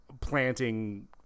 planting